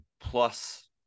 plus